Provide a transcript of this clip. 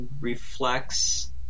reflects